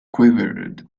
quivered